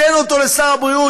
תן אותו לשר הבריאות,